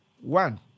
One